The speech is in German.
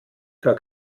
gar